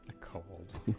cold